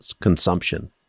consumption